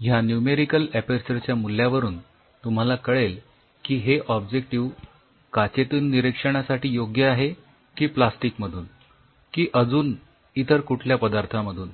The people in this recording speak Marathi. ह्या न्युमेरिकल ऍपर्चरच्या मूल्यावरून तुम्हाला कळेल की हे ऑब्जेक्टिव्ह काचेतून निरीक्षणासाठी योग्य आहे की प्लास्टिक मधून की अजून इतर कुठल्या पदार्थामधून